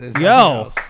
Yo